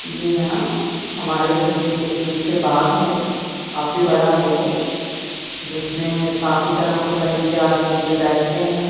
جی ہاں ہمارے گھر کے پیچھے باغ ہے کافی بڑا ہے وہ جس میں کافی طرح کے پرندے آ کے ان پہ بیٹھتے ہیں